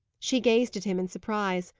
she gazed at him in surprise,